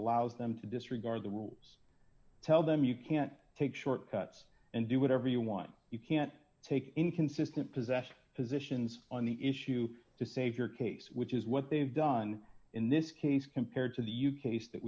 allows them to disregard the rules tell them you can't take short cuts and do whatever you want you can't take inconsistent possession positions on the issue to save your case which is what they've done in this case compared to the you case that